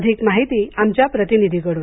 अधिक माहिती आमच्या प्रतिनिधीकडून